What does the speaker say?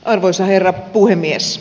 arvoisa herra puhemies